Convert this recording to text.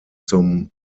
zum